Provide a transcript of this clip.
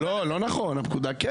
לאותו ציבור שלא הולך הפוך על ראשו.